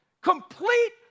Complete